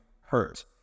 hurt